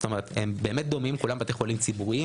זאת אומרת הם באמת דומים כולם בתי חולים ציבוריים,